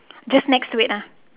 just next to it ah